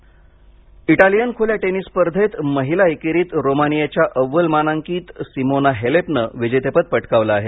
tennis Italian खुल्या tennis स्पर्धेत महिला एकेरीत रोमानियाच्या अव्वल मानांकित सिमोना हलेपने विजेतेपद पटकावले आहे